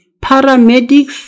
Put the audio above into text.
paramedics